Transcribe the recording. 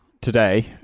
today